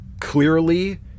clearly